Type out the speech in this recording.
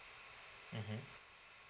mmhmm